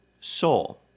soul